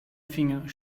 finger